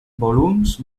volums